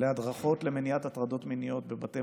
להדרכות למניעת הטרדות מיניות בבתי